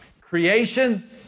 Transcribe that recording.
Creation